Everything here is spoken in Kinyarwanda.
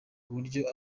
uburyo